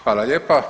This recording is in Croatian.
Hvala lijepa.